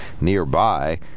nearby